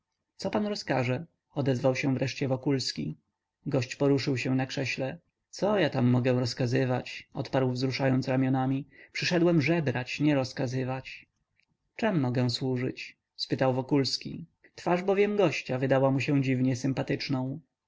co pan rozkaże odezwał się wreszcie wokulski gość poruszył się na krześle co ja tam mogę rozkazać odparł wzruszając ramionami przyszedłem żebrać nie rozkazywać czem mogę służyć spytał wokulski twarz bowiem gościa wydała mu się dziwnie sympatyczną